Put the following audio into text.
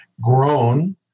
grown